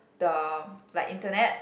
the like internet